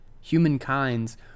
Humankind's